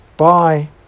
Bye